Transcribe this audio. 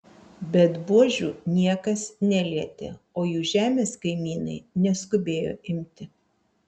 bet buožių niekas nelietė o jų žemės kaimynai neskubėjo imti